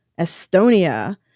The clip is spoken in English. Estonia